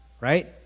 right